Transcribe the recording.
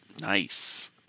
Nice